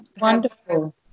wonderful